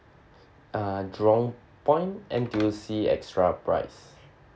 ah jurong point N_T_U_C extra price